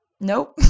Nope